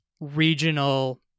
regional